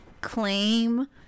claim